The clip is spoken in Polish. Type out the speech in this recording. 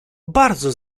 bardzo